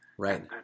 Right